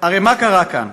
הרי מה קרה כאן?